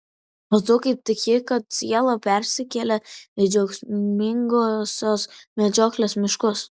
o tu kaip tiki kad siela persikelia į džiaugsmingosios medžioklės miškus